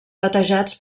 batejats